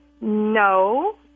No